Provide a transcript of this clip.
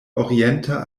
orienta